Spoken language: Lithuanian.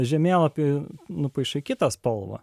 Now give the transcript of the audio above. žemėlapių nupaišai kitą spalvą